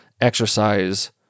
exercise